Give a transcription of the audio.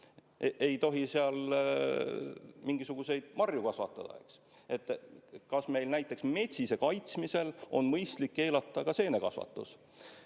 ei tohi seal mingisuguseid marju kasvatada. Kas meil näiteks metsise kaitsmisel on mõistlik keelata ka seenekasvatus?